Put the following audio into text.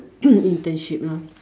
internship lah but